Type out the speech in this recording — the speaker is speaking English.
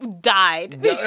died